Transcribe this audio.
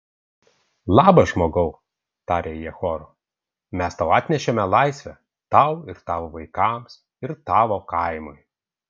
labas žmogau tarė jie choru mes tau atnešėme laisvę tau ir tavo vaikams ir tavo kaimui